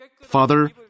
Father